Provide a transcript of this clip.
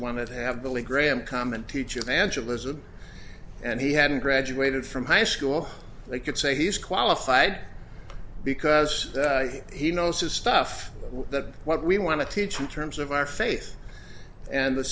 to have billy graham come and teach evangelism and he hadn't graduated from high school they could say he's qualified because he knows his stuff that what we want to teach in terms of our faith and the